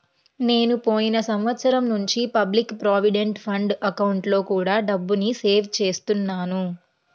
నేను పోయిన సంవత్సరం నుంచి పబ్లిక్ ప్రావిడెంట్ ఫండ్ అకౌంట్లో కూడా డబ్బుని సేవ్ చేస్తున్నాను